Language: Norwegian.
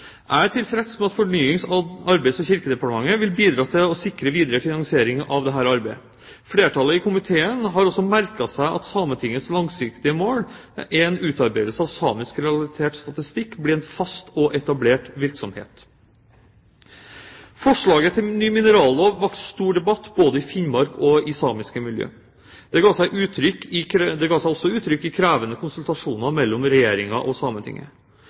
Jeg er tilfreds med at Fornyings-, administrasjons- og kirkedepartementet vil bidra til å sikre en videre finansiering av dette arbeidet. Flertallet i komiteen har også merket seg at Sametingets langsiktige mål er at utarbeidelse av samisk relatert statistikk blir en fast og etablert virksomhet. Forslaget til ny minerallov vakte stor debatt både i Finnmark og i samiske miljøer. Det ga seg også uttrykk i krevende konsultasjoner mellom Regjeringen og